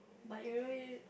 but you alrea~